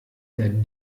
der